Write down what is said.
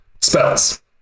spells